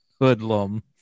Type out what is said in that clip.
hoodlum